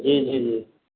जी जी जी